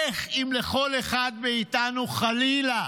איך, אם לכל אחד מאיתנו חלילה